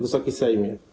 Wysoki Sejmie!